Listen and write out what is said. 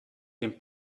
den